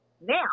Now